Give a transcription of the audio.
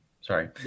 sorry